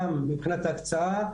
גם מבחינת ההקצאה,